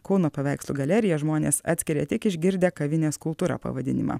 kauno paveikslų galeriją žmonės atskiria tik išgirdę kavinės kultūra pavadinimą